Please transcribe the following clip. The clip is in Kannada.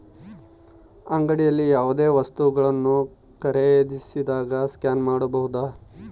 ಅಂಗಡಿಯಲ್ಲಿ ಯಾವುದೇ ವಸ್ತುಗಳನ್ನು ಖರೇದಿಸಿದಾಗ ಸ್ಕ್ಯಾನ್ ಮಾಡಬಹುದಾ?